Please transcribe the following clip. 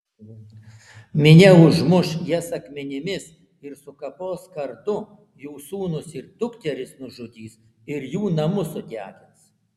minia užmuš jas akmenimis ir sukapos kardu jų sūnus ir dukteris nužudys ir jų namus sudegins